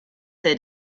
they